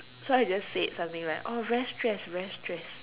so I just said something like oh very stress very stress